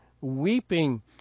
weeping